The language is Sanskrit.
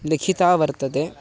लिखितं वर्तते